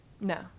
No